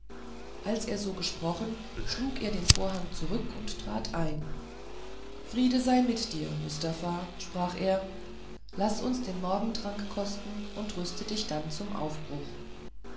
als er so gesprochen schlug er den vorhang zurück und trat ein friede sei mit dir mustafa sprach er laß uns den morgentrunk kosten und rüste dich dann zum aufbruch